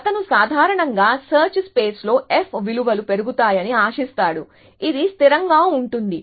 అతను సాధారణంగా search space లో f విలువలు పెరుగుతాయని ఆశిస్తాడు ఇది స్థిరంగా ఉంటుంది